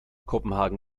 kopenhagen